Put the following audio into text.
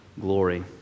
glory